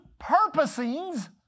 purposings